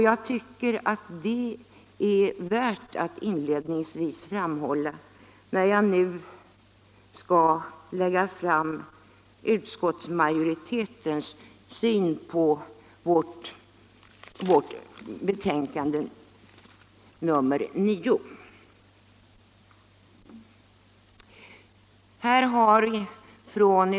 Jag finner att det är värt att inledningsvis framhålla detta när jag nu skall lägga fram utskottets syn på de frågor som behandlas i vårt betänkande nr 9.